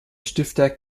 stifter